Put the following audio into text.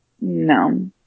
No